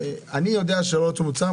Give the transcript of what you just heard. אני יודע שלא צומצם.